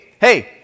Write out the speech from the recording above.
hey